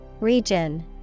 Region